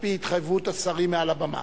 על-פי התחייבות השרים מעל הבמה.